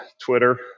Twitter